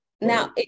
now